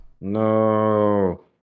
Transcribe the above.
no